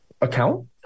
account